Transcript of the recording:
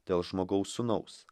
dėl žmogaus sūnaus